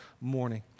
morning